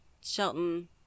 Shelton